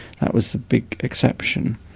that was the big exception.